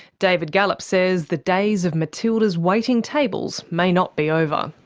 david gallop says the days of matildas waiting tables may not be over.